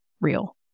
real